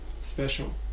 Special